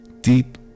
Deep